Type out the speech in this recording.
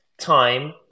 time